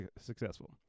successful